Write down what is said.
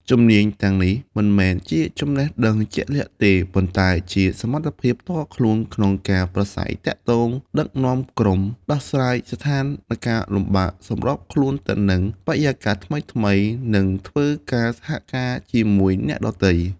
ជំនាញទាំងនេះមិនមែនជាចំណេះដឹងជាក់លាក់ទេ ប៉ុន្តែជា សមត្ថភាពផ្ទាល់ខ្លួនក្នុងការប្រាស្រ័យទាក់ទង ដឹកនាំក្រុម ដោះស្រាយស្ថានការណ៍លំបាក សម្របខ្លួនទៅនឹងបរិយាកាសថ្មីៗ និងធ្វើការសហការជាមួយអ្នកដទៃ ។